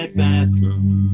bathroom